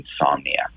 insomnia